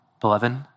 beloved